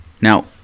now